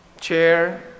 chair